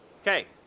Okay